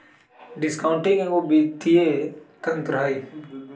discounting एगो वित्तीय तंत्र हइ